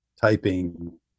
typing